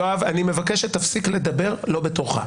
יואב, אני מבקש שתפסיק לדבר לא בתורך.